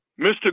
Mr